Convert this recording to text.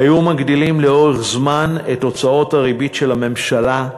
היו מגדילים לאורך זמן את הוצאות הריבית של הממשלה,